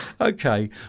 Okay